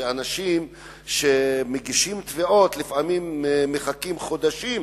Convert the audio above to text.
שאנשים שמגישים תביעות לפעמים מחכים חודשים